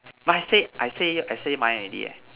but I said I said I say mine already eh